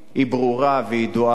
היא ברורה וידועה.